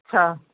ਹਾਂ